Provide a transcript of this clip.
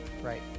Right